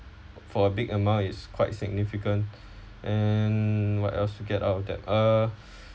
for a big amount it's quite significant and what else you get out of debt uh